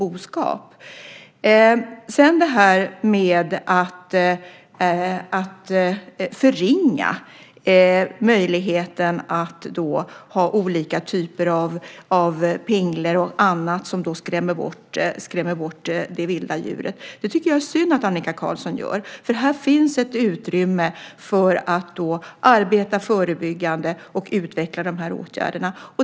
Det är synd att Annika Qarlsson förringar möjligheten att med hjälp av pinglor och annat skrämma bort det vilda djuret. Här finns ett utrymme för att arbeta förebyggande och utveckla åtgärderna.